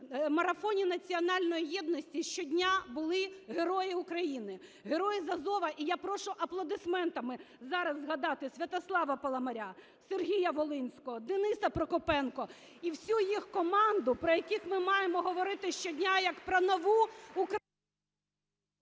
у марафоні національної єдності були Герої України, Герої з "Азова". І я прошу аплодисментами зараз згадати Святослава Паламаря, Сергія Волинського, Дениса Прокопенка і всю їх команду, про яких ми маємо говорити щодня як про нову…